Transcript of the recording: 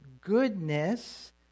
goodness